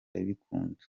ndabikunda